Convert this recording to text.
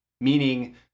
meaning